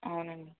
అవునండి